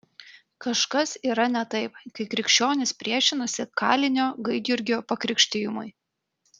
kažkas yra ne taip kai krikščionys priešinasi kalinio gaidjurgio pakrikštijimui